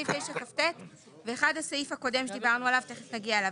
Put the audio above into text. סעיף 9כט והשני הוא הסעיף הקודם שדיברנו עליו ותכף נגיע אליו.